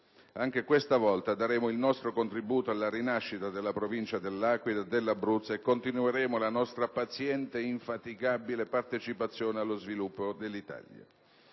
Anche questa volta daremo il nostro contributo alla rinascita della Provincia dell'Aquila, dell'Abruzzo e continueremo la nostra paziente e infaticabile partecipazione allo sviluppo dell'Italia.